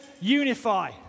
Unify